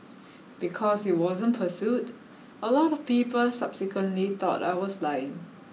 because it wasn't pursued a lot of people subsequently thought I was lying